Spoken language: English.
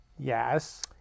Yes